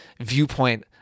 viewpoint